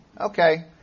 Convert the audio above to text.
Okay